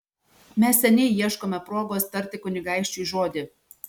mes seniai ieškome progos tarti kunigaikščiui žodį